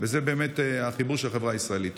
וזה באמת החיבור של החברה הישראלית.